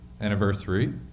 anniversary